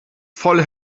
voll